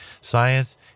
science